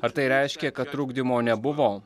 ar tai reiškia kad trukdymo nebuvo